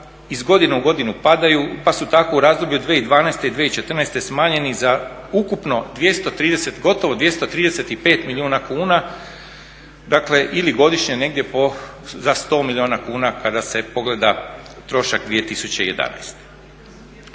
iz godine u godinu padaju pa su tako u razdoblju 2012-2014. smanjeni za ukupno gotovo 235 milijuna kuna ili godišnje negdje za 100 milijuna kuna kada se pogleda trošak 2011.